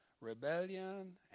rebellion